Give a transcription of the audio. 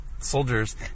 soldiers